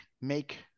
make